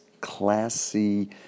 classy